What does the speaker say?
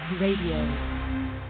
radio